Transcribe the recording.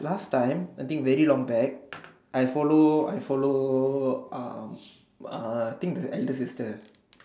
last time I think very long back I follow I follow um uh I think the elder sister